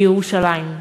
בירושלים.